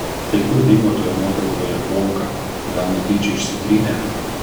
tai kur dingo toje nuotraukoje bonka gal netyčia išsitrynė